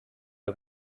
are